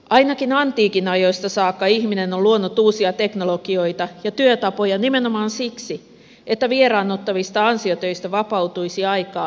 ainakin antiikin ajoista saakka ihminen on luonut uusia teknologioita ja työtapoja nimenomaan siksi että vieraannuttavista ansiotöistä vapautuisi aikaa itseisarvoiseen työhön